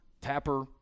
Tapper